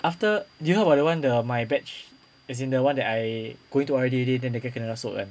after did you hear about the one the my batch as in the one that I going to O_R_D already then the guy kena rasuk [one]